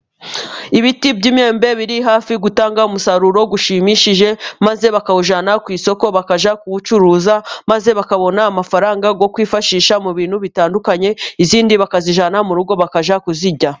Ibiti by'imyombe biri hafi gutanga umusaruro ushimishije. Maze bakawujyana ku isoko, bakajya kuwucuruza. Maze bakabona amafaranga yo kwifashisha ,mu bintu bitandukanye. Izindi bakazijyana mu rugo bakajya kuzirya.